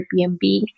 Airbnb